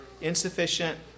insufficient